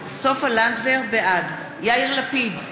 בעד יאיר לפיד,